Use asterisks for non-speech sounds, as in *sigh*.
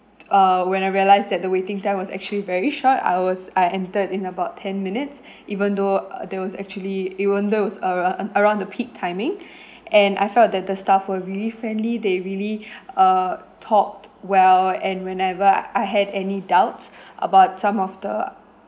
uh when I realised that the waiting time was actually very short I was I entered in about ten minutes *breath* even though uh there was actually even though it was around a~ around the peak timing *breath* and I felt that the staff were really friendly they really *breath* uh talked well and whenever I had any doubts *breath* about some of the